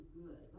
good